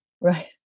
Right